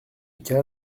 cas